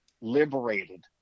liberated